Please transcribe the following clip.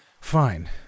Fine